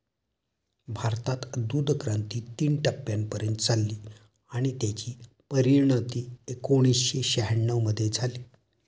भारतात दूधक्रांती तीन टप्प्यांपर्यंत चालली आणि त्याची परिणती एकोणीसशे शहाण्णव मध्ये झाली